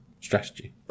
strategy